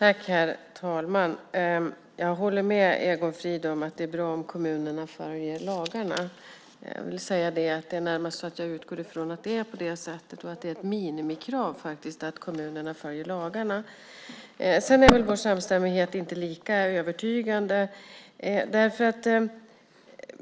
Herr talman! Jag håller med Egon Frid om att det är bra om kommunerna följer lagarna. Det är närmast så att jag utgår från att det är på det sättet. Det är faktiskt ett minimikrav att kommunerna följer lagarna. Sedan är väl vår samstämmighet inte lika övertygande.